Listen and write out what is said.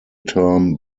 term